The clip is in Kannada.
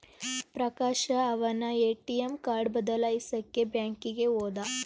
ಪ್ರಕಾಶ ಅವನ್ನ ಎ.ಟಿ.ಎಂ ಕಾರ್ಡ್ ಬದಲಾಯಿಸಕ್ಕೇ ಬ್ಯಾಂಕಿಗೆ ಹೋದ